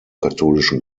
katholischen